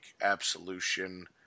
Absolution